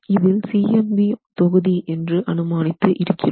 இதில் CMU தொகுதி என்று அனுமானித்து இருக்கிறோம்